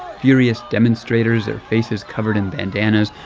furious demonstrators, their faces covered in bandanas,